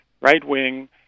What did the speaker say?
right-wing